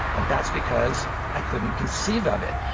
and that's because i couldn't conceive of it.